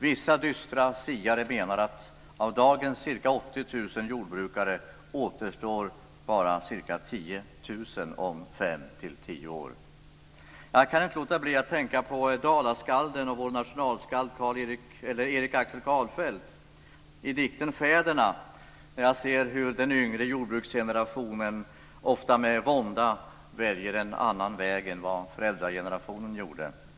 Vissa dystra siare menar att av dagens ca 80 000 jordbrukare återstår bara ca 10 000 om fem till tio år. Jag kan inte låta bli att tänka på dalaskalden och vår nationalskald Erik Axel Karlfeldts dikt Fäderna när jag ser hur den yngre jordbruksgenerationen, ofta med vånda, väljer en annan väg än vad föräldragenerationen gjorde.